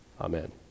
Amen